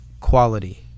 quality